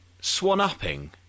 Swan-upping